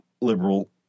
liberal